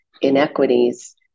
inequities